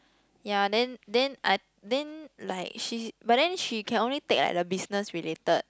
ya then then I then like she but then she can only take like the business related